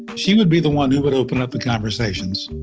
she would be the one who would open up the conversations,